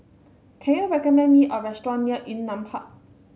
can you recommend me a restaurant near Yunnan Park